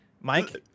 Mike